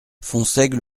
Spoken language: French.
fonsègue